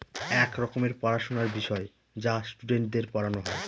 এক রকমের পড়াশোনার বিষয় যা স্টুডেন্টদের পড়ানো হয়